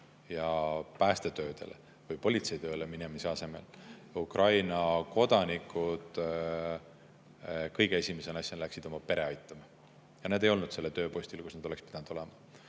ja päästetöödele või politseitööle minemise asemel läksid Ukraina kodanikud kõige esimese asjana aitama oma peret, nad ei olnud sellel tööpostil, kus nad oleksid pidanud olema.